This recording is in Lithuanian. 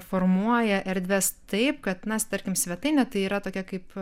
formuoja erdves taip kad na tarkim svetainė tai yra tokia kaip